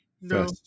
No